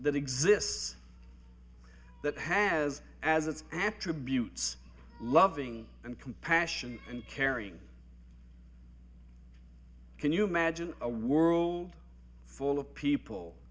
that exists that has as its attributes loving and compassion and caring can you imagine a world full of people